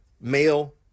male